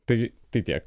tai tik tiek